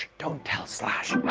don't tell slash